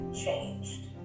changed